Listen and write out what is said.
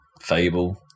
Fable